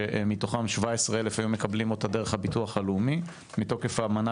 שמתוכם כ-17,000 קיבלו את הפנסיה דרך הביטוח הלאומי מתוקף האמנה